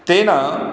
तेन